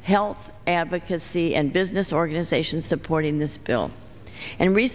health advocacy and business organizations supporting this bill and re